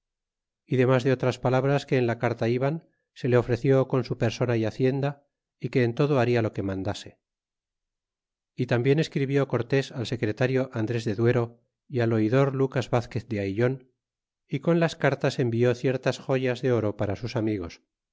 y demas de otras palabras que en la carta iban se le ofreció con su persona y hacienda y que en todo baria lo que mandase y tambien escribió cortés al secretario andres de duero y al oidor lucas vazquez de aillon y con las cartas envió ciertas joyas de oro para sus amigos